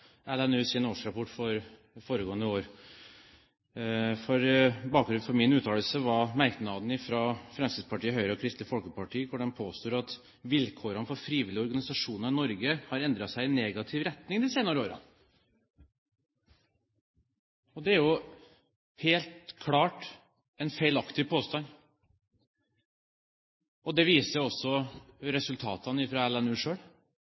årsrapport for det foregående år. Bakgrunnen for min uttalelse var merknaden fra Fremskrittspartiet, Høyre og Kristelig Folkeparti der de påstår at vilkårene for frivillige organisasjoner i Norge har endret seg i negativ retning de senere årene. Det er jo helt klart en feilaktig påstand. Det viser også resultatene fra LNU,